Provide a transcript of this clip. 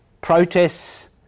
protests